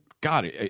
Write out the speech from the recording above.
god